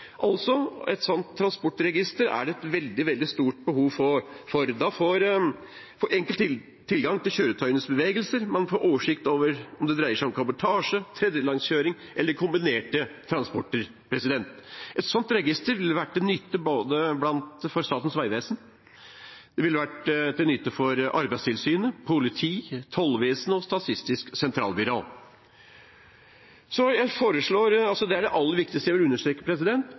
Altså: Et slikt transportregister er det et veldig stort behov for. Da får man enkelt tilgang til kjøretøyenes bevegelser, man får oversikt over om det dreier seg om kabotasje, tredjelandskjøring eller kombinerte transporter. Et slikt register ville vært til nytte for både Statens vegvesen, Arbeidstilsynet, politiet, tollvesenet og Statistisk sentralbyrå. Så dette er det aller viktigste jeg ville understreke.